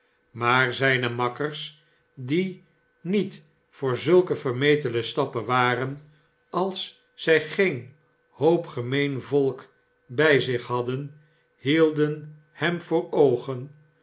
maar zijne makkers die niet voor zulke vermetele stappen waren als zij geen hoop gemeen volk bij zich hadden hielden hem voor oogen